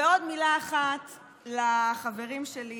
ועוד מילה אחת לחברים שלי